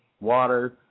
water